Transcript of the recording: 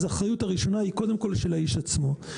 אז האחריות הראשונה היא קודם כל של האיש עצמו.